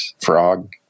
frog